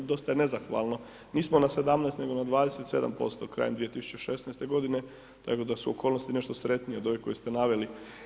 Dosta je nezahvalno, nismo na 17% nego na 27% krajem 2016. g., tako da su okolnosti nešto sretnije od ovih kojih ste naveli.